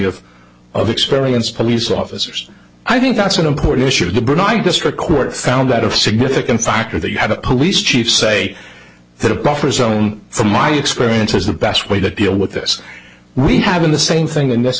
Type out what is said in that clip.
of of experienced police officers i think that's an important issue but i just record found that of significant factor that you had a police chief say that a buffer zone from my experience is the best way to deal with this we have in the same thing in this